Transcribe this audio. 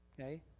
Okay